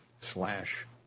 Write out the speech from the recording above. slash